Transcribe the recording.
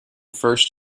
first